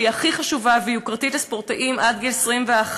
שהיא הכי חשובה ויוקרתית לספורטאים עד גיל 21,